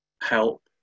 help